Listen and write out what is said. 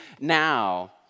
now